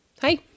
Hi